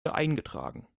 eingetragen